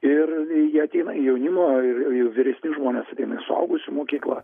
ir jie ateina į jaunimo ir vyresni žmonės ateina į suaugusių mokyklą